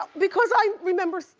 because i remember.